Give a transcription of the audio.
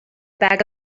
bag